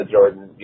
Jordan